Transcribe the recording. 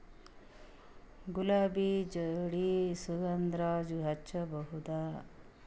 ಗುಲಾಬಿ ಜೋಡಿ ಸುಗಂಧರಾಜ ಹಚ್ಬಬಹುದ?